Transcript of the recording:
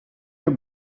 your